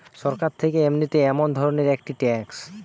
সরকার থেকে নিতেছে এমন ধরণের একটি ট্যাক্স